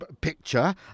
picture